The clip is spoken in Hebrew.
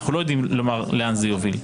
אנחנו לא יודעים לומר לאן זה יוביל.